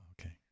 okay